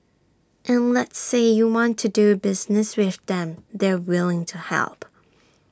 and let's say you want to do business with them they're willing to help